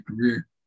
career